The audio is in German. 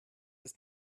ist